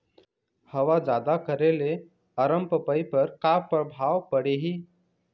हवा जादा करे ले अरमपपई पर का परभाव पड़िही?